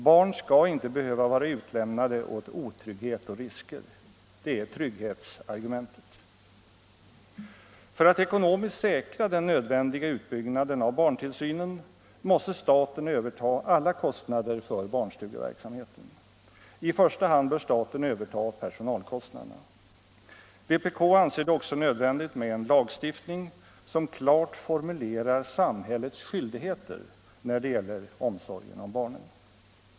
Barn skall inte behöva vara utlämnade åt otrygghet och risker. Det är trygghetsargumentet. För att ekonomiskt säkra den nödvändiga utbyggnaden av barntillsynen måste staten överta alla kostnader för barnstugeverksamheten. I första hand bör staten överta personalkostnaderna. Vpk anser det också nödvändigt med en lagstiftning som klart formulerar samhällets skyldigheter när det gäller omsorgen om barnen.